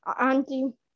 Auntie